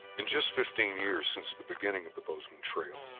in just fifteen years since the beginning of the bozeman trail,